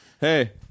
Hey